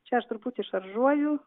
čia aš truputį šaržuoju